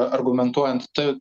argumentuojant tai